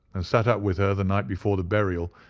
and sat up with her the night before the burial,